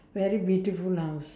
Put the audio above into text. very beautiful house